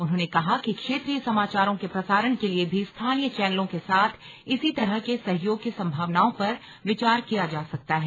उन्होंने कहा कि क्षेत्रीय समाचारों के प्रसारण के लिए भी स्थानीय चैनलों के साथ इसी तरह के सहयोग की संभावनाओं पर विचार किया जा सकता है